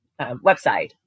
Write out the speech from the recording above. website